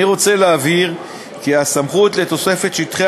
אני רוצה להבהיר כי הסמכות לתוספת שטחי